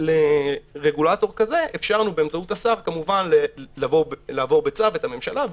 לרגולטור כזה אפשרנו באמצעות השר כמובן לעבור בצו את הממשלה,